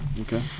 Okay